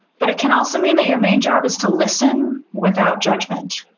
but it can also mean that your main job is to listen without judgment